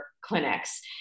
clinics